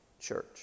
church